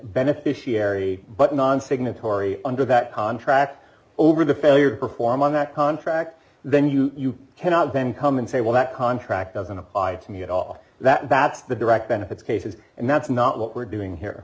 beneficiary but non signatory under that contract over the failure to perform on that contract then you you cannot then come and say well that contract doesn't apply to me at all that that's the direct benefits cases and that's not what we're doing here